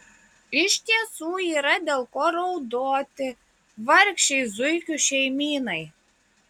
iš tiesų yra dėl ko raudoti vargšei zuikių šeimynai